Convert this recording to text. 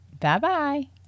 Bye-bye